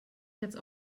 jetzt